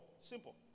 Simple